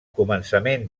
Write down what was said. començament